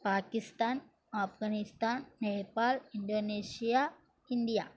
Pakistan Afghanistan Nepal Indonesia India